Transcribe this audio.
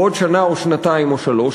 בעוד שנה או שנתיים או שלוש,